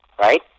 Right